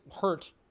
hurt